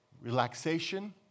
relaxation